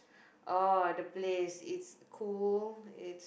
oh the place it's cool it's